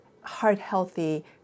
heart-healthy